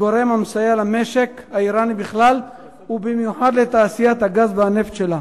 כגורם המסייע למשק האירני בכלל ובמיוחד לתעשיית הגז והנפט שלה.